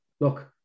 look